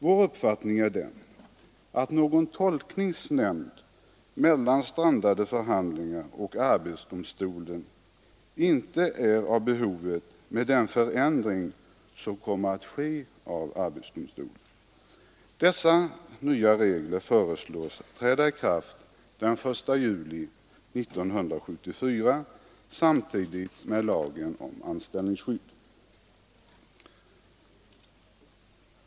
Vår uppfattning är den att någon tolkningsnämnd mellan parterna vid strandade förhandlingar och arbetsdomstolen inte är av behovet påkallad på grund av den förändring av arbetsdomstolen som kommer att ske. Dessa nya regler föreslås träda i kraft den 1 juli 1974, samtidigt med lagen om anställningsskydd.